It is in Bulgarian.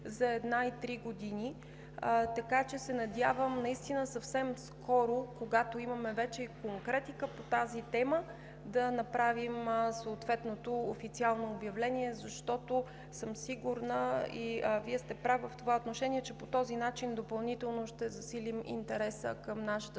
за една и три години. Така че се надявам наистина съвсем скоро, когато имаме конкретика по тази тема, да направим съответното официално обявление, защото съм сигурна, а Вие сте прав в това отношение, че по този начин допълнително ще засилим интереса към нашата